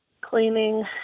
cleaning